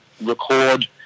record